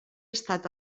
estat